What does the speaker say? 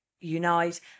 Unite